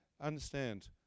understand